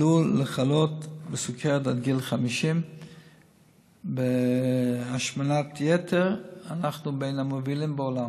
עלול לחלות בסוכרת עד גיל 50. בהשמנת יתר אנחנו בין המובילים בעולם,